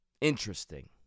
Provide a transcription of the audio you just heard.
Interesting